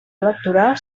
electoral